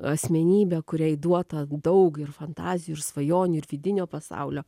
asmenybė kuriai duota daug ir fantazijų ir svajonių ir vidinio pasaulio